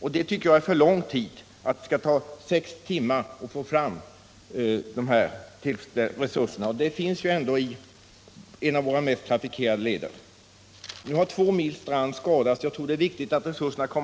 Jag tycker det är för lång tid — det skall inte behöva ta sex timmar att få fram de erforderliga resurserna, som ju ändå skall finnas i våra mest trafikerade leder! Det är viktigt att de kommer fram snabbt. Nu har två mil strand skadats. Jag har mot